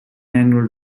annual